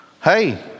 Hey